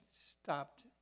stopped